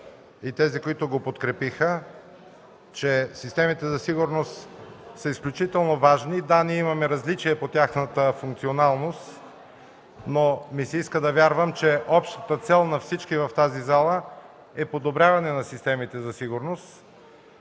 и тези, които го подкрепиха, че системите за сигурност са изключително важни. Да, ние имаме различия по тяхната функционалност, но ми се иска да вярвам, че общата цел на всички в тази зала е подобряване на системите за сигурност.